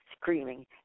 screaming